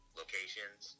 locations